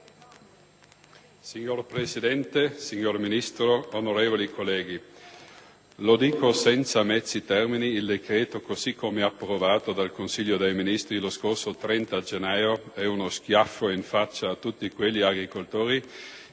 Signora Presidente, signor Ministro, onorevoli colleghi, lo dico senza mezzi termini: il decreto così come approvato dal Consiglio dei ministri lo scorso 30 gennaio è uno schiaffo in faccia a tutti quegli agricoltori